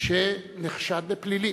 שנחשד בפלילים.